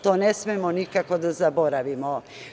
To ne smemo nikako da zaboravimo.